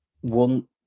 one